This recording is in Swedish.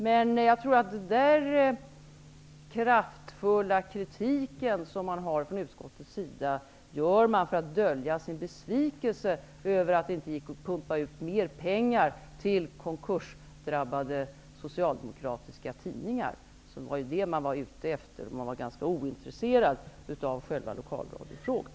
Men den kraftfulla kritik som man i utskottet har, framför man för att dölja sin besvikelse över att det inte gick att pumpa ut mer pengar till konkursdrabbade socialdemokratiska tidningar. Det var ju det som man var ute efter, medan man var ganska ointresserad av själva lokalradiofrågan.